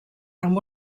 amb